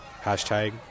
hashtag